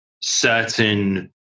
certain